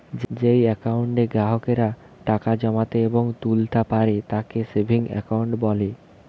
যেই একাউন্টে গ্রাহকেরা টাকা জমাতে এবং তুলতা পারে তাকে সেভিংস একাউন্ট বলে